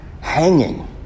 hanging